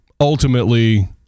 ultimately